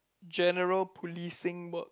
general policing work